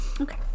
okay